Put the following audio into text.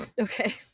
Okay